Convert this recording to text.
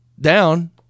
down